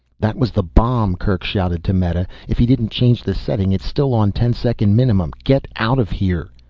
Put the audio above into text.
that was the bomb! kerk shouted to meta. if he didn't change the setting, it's still on ten-second minimum. get out of here!